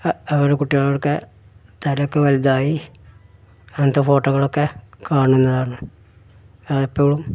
അവിടെ കുട്ടികളുടെയൊക്കെ തല ഒക്കെ വലുതായി അങ്ങനത്തെ ഫോട്ടോകളൊക്കെ കാണുന്നതാണ് അത് ഇപ്പോഴും